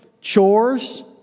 chores